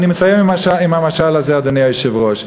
אני מסיים עם המשל הזה, אדוני היושב-ראש.